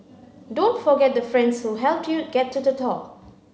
don't forget the friends who helped you get to the top